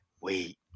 Wait